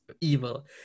evil